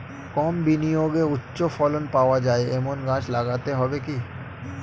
কম বিনিয়োগে উচ্চ ফলন পাওয়া যায় এমন গাছ লাগাতে হবে কি?